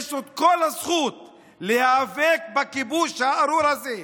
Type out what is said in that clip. יש לו את כל הזכות להיאבק בכיבוש הארור הזה.